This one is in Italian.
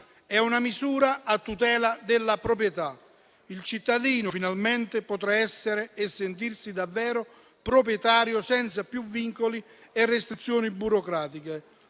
È una misura a tutela della proprietà. Il cittadino, finalmente, potrà essere e sentirsi davvero proprietario, senza più vincoli e restrizioni burocratiche.